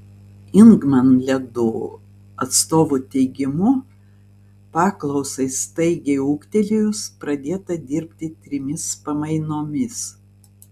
ingman ledų atstovų teigimu paklausai staigiai ūgtelėjus pradėta dirbti trimis pamainomis